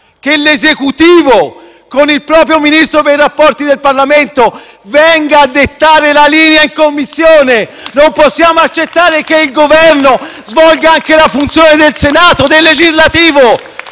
che l'Esecutivo, con il proprio Ministro per i rapporti con il Parlamento, venga a dettare la linea in Commissione. Non possiamo accettare che il Governo svolga anche la funzione del Senato, del legislativo.